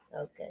Okay